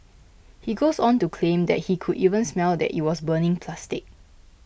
he goes on to claim that he could even smell that it was burning plastic